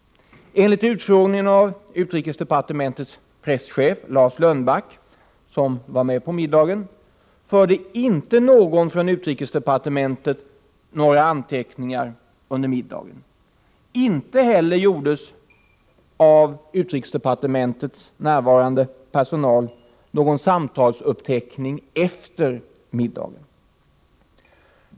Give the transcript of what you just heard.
Enligt utfrågningen av utrikesdepartementets presschef Lars Lönnback, som var med på middagen, förde inte någon från utrikesdepartementet några anteckningar under middagen. Inte heller gjordes av utrikesdepartementets närvarande personal någon samtalsuppteckning efter middagen.